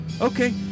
okay